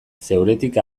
zeuretik